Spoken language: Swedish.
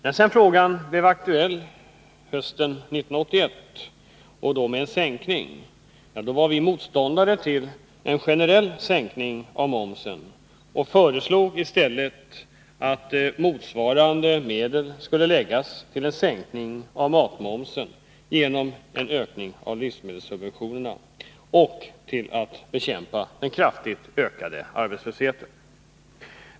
När sedan frågan blev aktuell hösten 1981, och då med en sänkning, var vi motståndare till en generell sänkning av momsen och föreslog i stället att motsvarande medel skulle läggas till en sänkning av matmomsen, genom en ökning av livsmedelssubventionerna, och till att bekämpa den kraftigt ökande arbetslösheten.